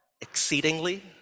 exceedingly